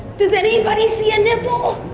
did anybody see a nipple?